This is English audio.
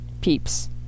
peeps